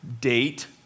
date